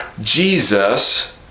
Jesus